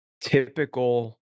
typical